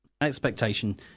Expectation